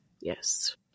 yes